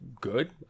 good